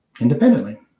independently